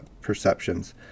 perceptions